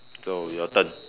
so your turn